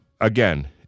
again